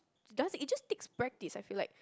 dancing it just takes practice I feel like